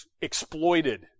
exploited